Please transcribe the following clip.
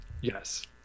yes